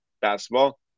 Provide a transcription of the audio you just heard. basketball